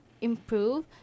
improve